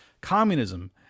Communism